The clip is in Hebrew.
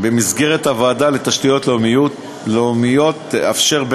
במסגרת הוועדה לתשתיות לאומיות תאפשר,